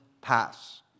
Pass